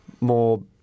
More